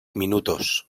minutos